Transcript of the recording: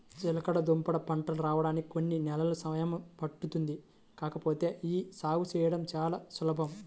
చిలకడదుంపల పంట రాడానికి కొన్ని నెలలు సమయం పట్టుద్ది కాకపోతే యీ సాగు చేయడం చానా సులభం